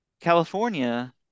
California